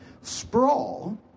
Sprawl